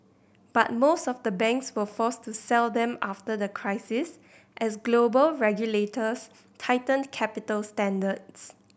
but most of the banks were forced to sell them after the crisis as global regulators tightened capital standards